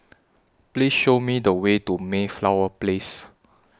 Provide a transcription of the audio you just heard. Please Show Me The Way to Mayflower Place